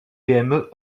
pme